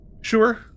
sure